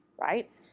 right